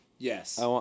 Yes